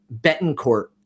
Betancourt